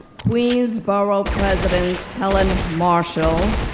queensborough president, helen marshall,